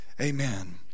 Amen